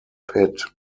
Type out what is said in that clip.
pit